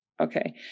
Okay